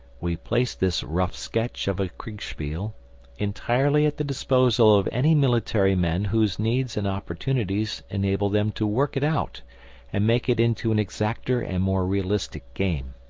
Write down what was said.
we place this rough sketch of a kriegspiel entirely at the disposal of any military men whose needs and opportunities enable them to work it out and make it into an exacter and more realistic game.